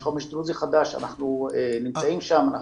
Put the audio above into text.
יש חומש דרוזי חדש ואנחנו נמצאים שם.